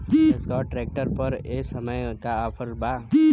Escort tractor पर ए समय का ऑफ़र बा?